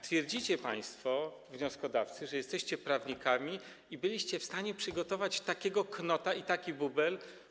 Twierdzicie państwo wnioskodawcy, że jesteście prawnikami, a byliście w stanie przygotować takiego knota, taki bubel.